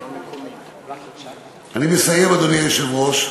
אני מסיים, אדוני היושב-ראש.